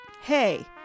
Hey